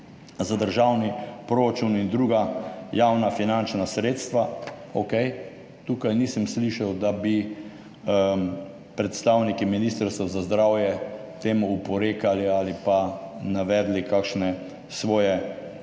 za državni proračun in druga javna finančna sredstva. Okej. Tukaj nisem slišal, da bi predstavniki Ministrstva za zdravje temu oporekali ali pa navedli kakšne svoje